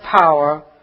power